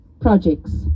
projects